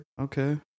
Okay